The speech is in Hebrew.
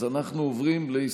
קארין אלהרר,